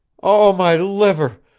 oh, my liver!